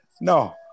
No